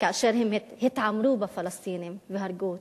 כאשר התעמרו בפלסטינים והרגו אותם.